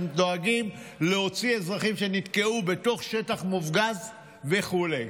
הם דואגים להוציא אזרחים שנתקעו בתוך שטח מופגז וכו'.